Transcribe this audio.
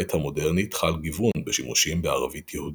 בעת המודרנית חל גיוון בשימושים בערבית יהודית.